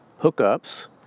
hookups